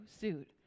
suit